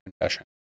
confession